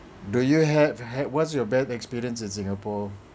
do you have had what's your bad experience in singapore